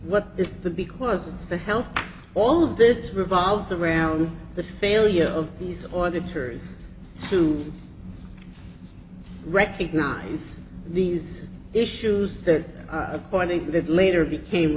what if the because of the health all of this revolves around the failure of these auditors to recognize these issues that well i think that later became